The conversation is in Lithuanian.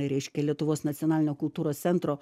reiškia lietuvos nacionalinio kultūros centro